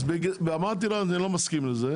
אמרתי שאני לא מסכים לזה,